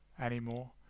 anymore